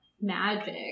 magic